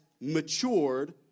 matured